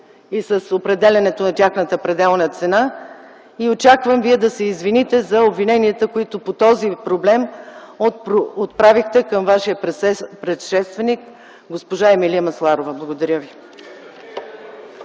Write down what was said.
и с определянето на тяхната пределна цена и очаквам Вие да се извините за обвиненията, които по този проблем отправихте към Вашия предшественик – госпожа Емилия Масларова. Благодаря ви.